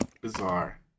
Bizarre